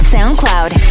SoundCloud